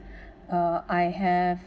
uh I have